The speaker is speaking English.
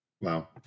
Wow